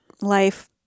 life